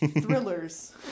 Thrillers